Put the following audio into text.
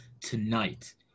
tonight